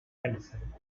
medicine